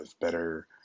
better